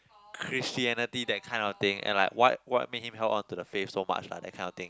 Christianity that kind of thing and like what what made him held onto the faith so much lah that kind of thing